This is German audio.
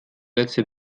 letzte